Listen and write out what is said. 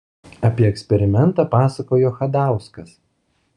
apie eksperimentą pasakojo chadauskas